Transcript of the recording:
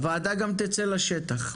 הוועדה גם תצא לשטח.